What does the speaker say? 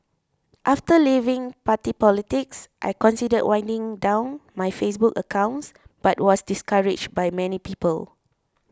after leaving party politics I considered winding down my Facebook accounts but was discouraged by many people